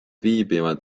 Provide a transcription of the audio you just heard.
viibivad